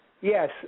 Yes